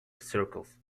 circles